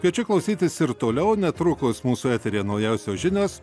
kviečiu klausytis ir toliau netrukus mūsų eteryje naujausios žinios